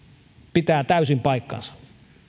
pitää täysin paikkansa